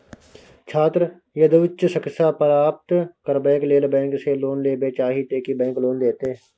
छात्र यदि उच्च शिक्षा प्राप्त करबैक लेल बैंक से लोन लेबे चाहे ते की बैंक लोन देतै?